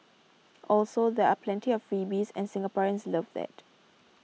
also there are plenty of freebies and Singaporeans love that